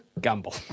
Gamble